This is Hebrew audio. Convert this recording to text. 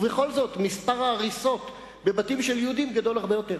בכל זאת מספר ההריסות בבתים של יהודים גדול הרבה יותר,